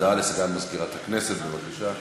הודעה לסגן מזכירת הכנסת, בבקשה.